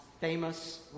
famous